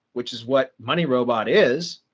which is what money robot is,